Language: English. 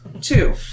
two